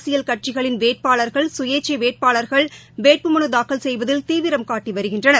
அரசியல் கட்சிகளின் வேட்பாளர்கள் கயேச்சை வேட்பாளர்கள் வேட்புமனு தாக்கல் செய்வதில் தீவிரம் காட்டி வருகின்றனர்